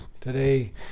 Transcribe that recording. today